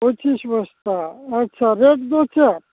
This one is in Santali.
ᱯᱚᱸᱪᱤᱥ ᱵᱚᱥᱛᱟ ᱟᱪᱪᱷᱟ ᱨᱮᱹᱴ ᱫᱚ ᱪᱮᱫ